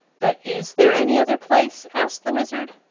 but is there any other place? asked the wizard.